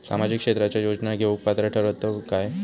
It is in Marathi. सामाजिक क्षेत्राच्या योजना घेवुक पात्र ठरतव काय?